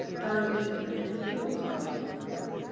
diamond is made of four carbon com bonds.